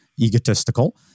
egotistical